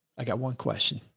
i got one question.